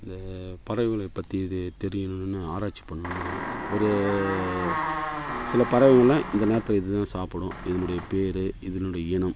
இந்த பறவைகளைப் பற்றி இது தெரியணும்னு ஆராய்ச்சி பண்ணணும் ஒரு சில பறவைகள் எல்லாம் இந்த நேரத்தில் இதுதான் சாப்பிடும் இதனுடைய பேர் இதனுடைய இனம்